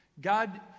God